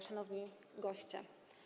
Szanowni Goście!